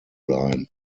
line